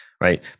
right